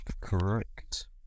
correct